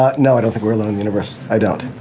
but no, i don't think we're alone in the universe. i don't.